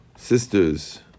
Sisters